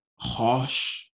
harsh